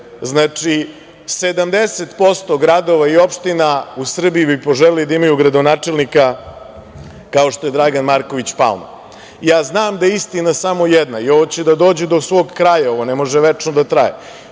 70% gradova i opština u Srbiji bi poželeli da imaju gradonačelnika kao što je Dragan Marković Palma. Znam da je istina samo jedna i ovo će doći do svog kraja, ne može večno da traje.